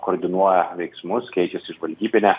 koordinuoja veiksmus keičiasi žvalgybine